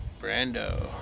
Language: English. Brando